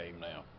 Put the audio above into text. now